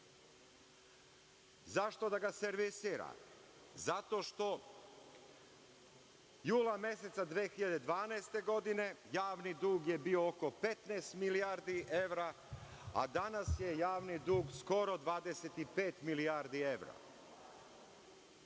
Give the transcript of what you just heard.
Zašto da ga servisira? Zato što jula meseca 2012. godine javni dug je bio oko 15 milijardi evra, a danas je javni dug skoro 25 milijardi evra.